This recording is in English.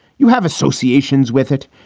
you have associations with it.